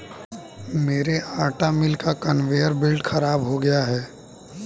मेरे आटा मिल का कन्वेयर बेल्ट खराब हो गया है